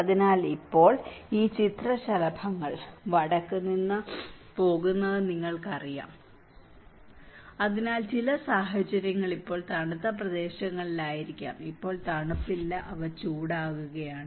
അതിനാൽ ഇപ്പോൾ ഈ ചിത്രശലഭങ്ങൾ വടക്ക് നിന്ന് പോകുന്നുവെന്ന് നിങ്ങൾക്കറിയാം അതിനാൽ ചില സാഹചര്യങ്ങൾ ഇപ്പോൾ തണുത്ത പ്രദേശങ്ങളിൽ ആയിരിക്കാം ഇപ്പോൾ തണുപ്പില്ല അവ ചൂടാകുകയാണ്